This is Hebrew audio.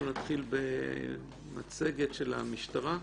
נתחיל במצגת של המשטרה.